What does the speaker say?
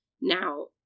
Now